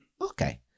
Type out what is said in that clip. Okay